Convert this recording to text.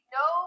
no